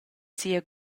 sia